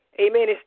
amen